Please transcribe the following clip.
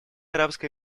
арабской